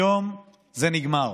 היום זה נגמר.